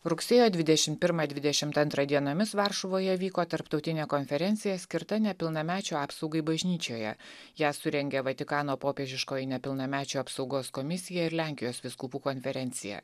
rugsėjo dvidešimt pirmą dvidešimt antrą dienomis varšuvoje vyko tarptautinė konferencija skirta nepilnamečių apsaugai bažnyčioje ją surengė vatikano popiežiškoji nepilnamečių apsaugos komisija ir lenkijos vyskupų konferencija